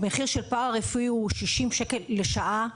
המחיר של פרא-רפואי הוא 60 שקלים לשעה.